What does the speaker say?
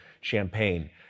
champagne